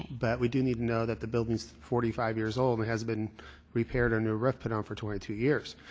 but we do need to know that the building's forty five years old and hasn't been repaired or a new roof put on for twenty two years.